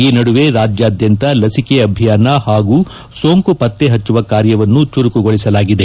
ಈ ನಡುವೆ ರಾಜ್ಯಾದ್ಯಂತ ಲಸಿಕೆ ಅಭಿಯಾನ ಹಾಗೂ ಸೋಂಕು ಪತ್ತೆ ಹಚ್ಚುವ ಕಾರ್ಯವನ್ನು ಚುರುಕುಗೊಳಿಸಲಾಗಿದೆ